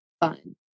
fun